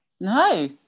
No